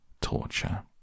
torture